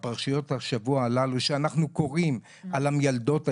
בפרשיות השבוע הללו שאנחנו קוראים על המיילדות העבריות.